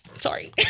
Sorry